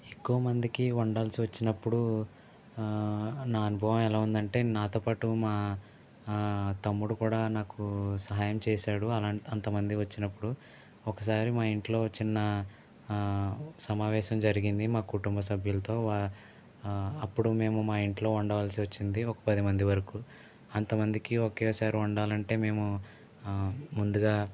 ఎక్కువమందికి వండాల్సి వచ్చినప్పుడు నా అనుభవం ఎలా ఉందంటే నాతోపాటు మా తమ్ముడు కూడా సహాయం చేశాడు అలా అంతమంది వచ్చినప్పుడు ఒకసారి మా ఇంట్లో చిన్న సమావేశం జరిగింది మా కుటుంబ సభ్యులతో వా అప్పుడు మా ఇంట్లో ఉండవలసి వచ్చింది ఒక పదిమంది వరకు అంతమందికి ఒకేసారి వండాలంటే మేము ముందుగా